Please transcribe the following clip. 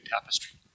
tapestry